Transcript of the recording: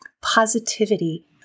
positivity